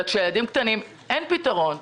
אבל כשהילדים קטנים אין פתרון.